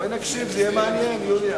בואי נקשיב, זה יהיה מעניין, יוליה.